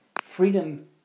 freedom